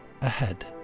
ahead